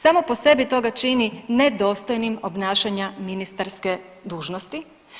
Samo po sebi to ga čini nedostojnim obnašanja ministarske dužnosti.